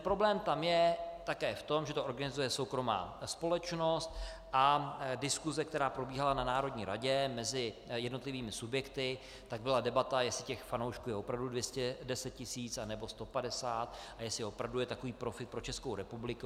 Problém tam je také v tom, že to organizuje soukromá společnost, a diskuse, která probíhala na národní radě mezi jednotlivými subjekty, tak byla debata, jestli těch fanoušků je opravdu 210 tisíc, anebo 150, a jestli opravdu je takový profit pro Českou republiku.